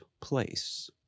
place